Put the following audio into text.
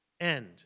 end